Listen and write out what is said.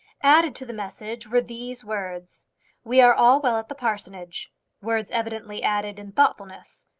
added to the message were these words we are all well at the parsonage words evidently added in thoughtfulness.